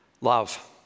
love